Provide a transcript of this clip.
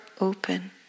open